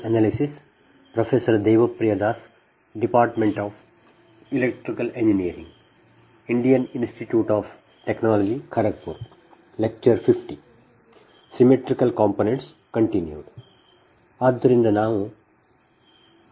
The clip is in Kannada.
ಆದ್ದರಿಂದ ಮತ್ತೆ ನಾವು ಹಿಂತಿರುಗುತ್ತೇವೆ